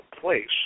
place